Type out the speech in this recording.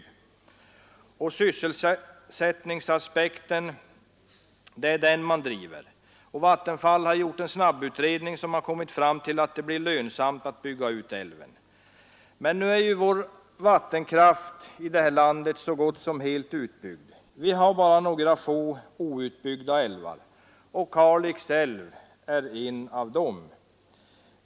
Nu använder man sysselsättningsaspekten. Vattenfall har gjort en snabbutredning som kommit fram till att det blir lönsamt att bygga ut älven. Men nu är vår vattenkraft så gott som helt utbyggd. Vi har bara några få outbyggda älvar kvar. Kalix älv är en av dessa.